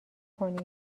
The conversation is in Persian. کنید